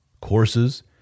courses